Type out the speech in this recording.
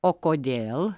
o kodėl